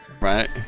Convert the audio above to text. Right